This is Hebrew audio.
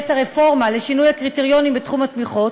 הרפורמה לשינוי הקריטריונים בתחום התמיכות,